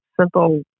simple